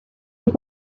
your